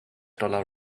dollar